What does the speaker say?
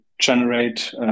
generate